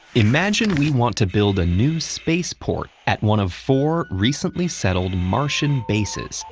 imagine we want to build a new space port at one of four recently settled martian bases,